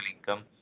income